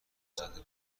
زده